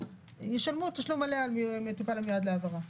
ישלמו תשלום מלא על מטופל המיועד להעברה.